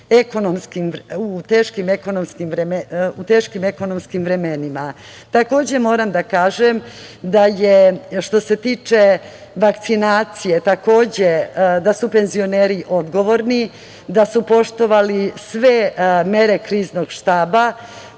teškim ekonomskim vremenima. Takođe moram da kažem, što se tiče vakcinacije, da su penzioneri odgovorni, da su poštovali sve mere Kriznog štaba